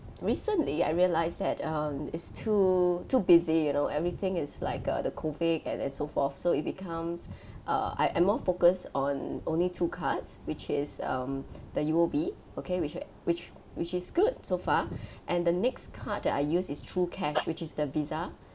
recently I realised that um is too too busy you know everything is like uh the COVID and then so forth so it becomes uh I I'm and more focused on only two cards which is um the U_O_B okay which e~ which which is good so far and the next card that I use is true cash which is the Visa